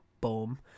Boom